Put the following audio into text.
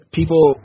people